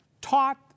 taught